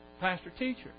pastor-teacher